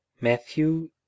matthew